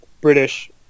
British